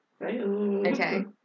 Okay